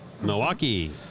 Milwaukee